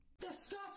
Disgusting